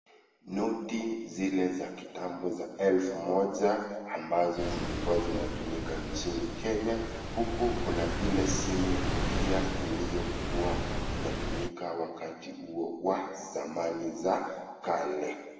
Noti zile za kitambo za elfu moja ambazo zilikuwa zinatumika nchini Kenya huku kuna ile simu pia iliyokuwa inatumika wakati huo wa zamani za kale.